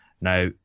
Now